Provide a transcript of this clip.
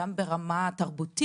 גם ברמה תרבותית,